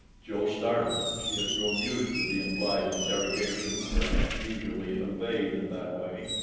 joe started. she had grown used to the implied interrogation her aunt usually conveyed in that way.